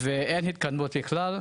מתוכן אחת באמת מתקדמת עם האישורים.